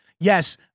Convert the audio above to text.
Yes